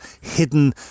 hidden